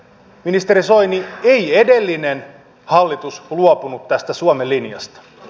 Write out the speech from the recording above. ministeri soini ei edellinen hallitus luopunut tästä suomen linjasta